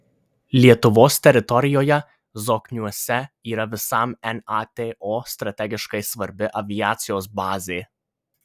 lietuvos teritorijoje zokniuose yra visam nato strategiškai svarbi aviacijos bazė